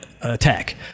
attack